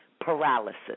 Paralysis